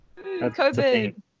COVID